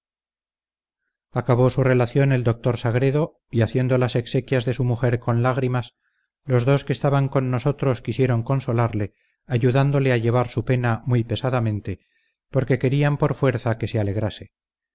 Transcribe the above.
acabó su relación el doctor sagredo y haciendo las exequias de su mujer con lágrimas los dos que estaban con nosotros quisieron consolarle ayudándole a llevar su pena muy pesadamente porque querían por fuerza que se alegrase